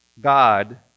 God